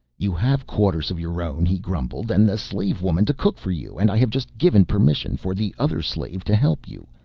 you have quarters of your own, he grumbled, and the slave woman to cook for you, and i have just given permission for the other slave to help you.